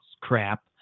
crap